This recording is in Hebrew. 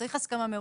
צריך הסכמה מראש.